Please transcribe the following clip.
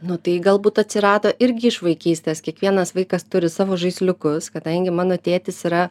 nu tai galbūt atsirado irgi iš vaikystės kiekvienas vaikas turi savo žaisliukus kadangi mano tėtis yra